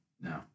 No